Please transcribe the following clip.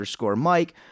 Mike